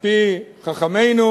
על-פי חכמינו